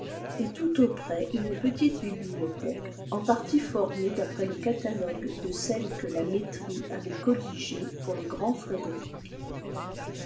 et tout auprès une petite bibliothèque en partie formée d'après le catalogue de celle que la mettrie avait colligée pour le grand frédéric